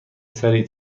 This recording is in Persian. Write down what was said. سریع